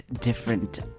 different